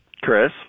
Chris